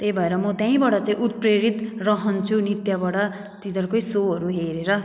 त्यही भएर म त्यहीँबाट चाहिँ उत्प्रेरित रहन्छु नृत्यबाट तिनीहरूकै सोहरू हेरेर